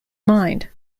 mind